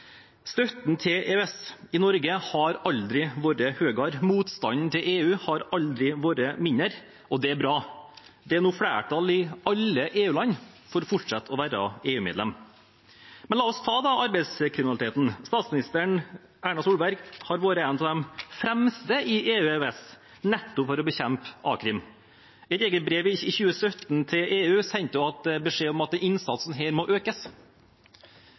Støtten til EØS har aldri vært høyere i Norge, og motstanden mot EU har aldri vært mindre. Det er bra. Det er nå flertall i alle EU-land for å fortsette å være EU-medlem. La oss ta arbeidslivskriminaliteten. Statsminister Erna Solberg har vært en av de fremste for EU og EØS nettopp for å bekjempe arbeidslivskriminalitet. I et eget brev til EU i 2017 sendte hun beskjed om at innsatsen her måtte økes.